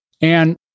And-